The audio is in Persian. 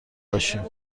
باشیم